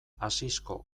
asisko